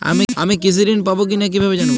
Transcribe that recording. আমি কৃষি ঋণ পাবো কি না কিভাবে জানবো?